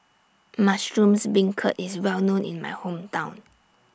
Mushroom Beancurd IS Well known in My Hometown